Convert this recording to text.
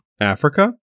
africa